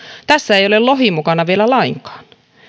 tässä ei ole lohi mukana vielä lainkaan